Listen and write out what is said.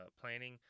planning